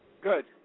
Good